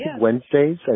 Wednesdays